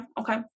okay